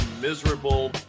miserable